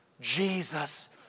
Jesus